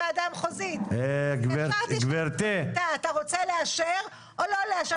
-- אתה רוצה לאשר או לא לאשר.